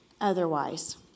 otherwise